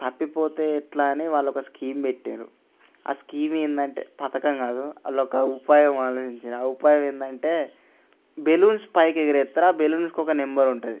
తప్పిపోతే ఎట్లా అని వాళ్ళు ఒక స్కీమ్ పెట్టారు ఆ స్కీమ్ ఏంటంటే పథకం కాదు వాళ్ళు ఒక ఉపాయం ఆలోచించిన ఆ ఉపాయం ఏంటంటే బెలూన్స్ పైకి ఎగరేస్తారు ఆ బెలూన్స్కి ఒక నెంబర్ ఉంటుంది